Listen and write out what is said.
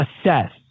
assess